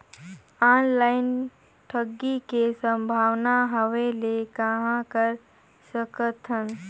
Online ठगी के संभावना होय ले कहां कर सकथन?